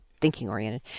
thinking-oriented